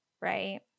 right